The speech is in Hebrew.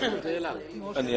--- יש